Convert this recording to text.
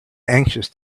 anxious